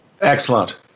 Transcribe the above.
Excellent